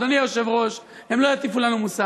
אדוני היושב-ראש, הם לא יטיפו לנו מוסר.